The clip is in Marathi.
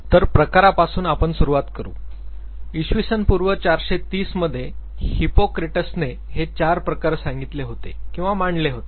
तर प्रकारापासून आपण सुरुवात करू इसवी सन पूर्व ४३० मध्ये हिप्पॉक्रेट्सने हे चार प्रकार सांगितले होते किंवा मांडले होते